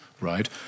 right